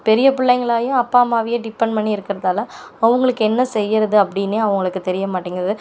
பெரிய பிள்ளைங்களாகியும் அப்பா அம்மாவையே டிப்பன்ட் பண்ணி இருக்கிறதால் அவங்களுக்கு என்ன செய்யறது அப்படின்னே அவங்களுக்கு தெரிய மாட்டேங்குது